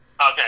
Okay